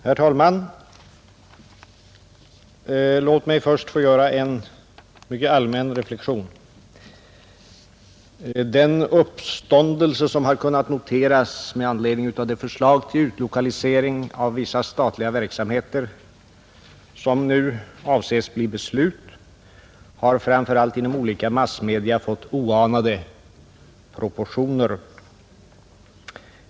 Herr talman! Låt mig först få göra en mycket allmän reflexion. Den uppståndelse som har kunnat noteras med anledning av det förslag till utlokalisering av vissa statliga verksamheter, som nu avses bli beslut, har framför allt i de olika massmedia fått oanade proportioner.